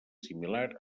similar